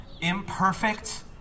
imperfect